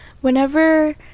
whenever